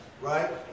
right